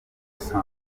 hussein